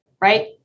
Right